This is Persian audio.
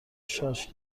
شاش